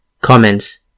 Comments